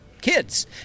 kids